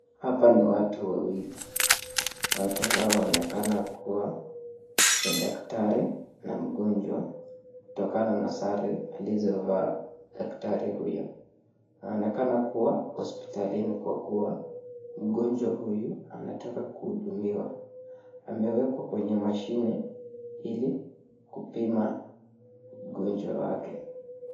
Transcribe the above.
Hapa ni watu wawili. Watu hawa wanaonekana kuwa ni daktari na mgonjwa kutokana na sare alizovaa daktari huyo. Panaonekana kuwa hospitalini kwa kuwa mgonjwa huyu anataka kuhudumiwa. Amewekwa kwenye mashine ili kupima ugonjwa wake.